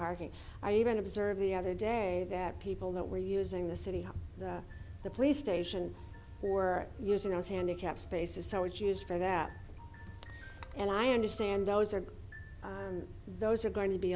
parking i even observed the other day that people that were using the city hall the police station who are using those handicapped spaces so it's used for that and i understand those are those are going to be